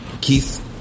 Keith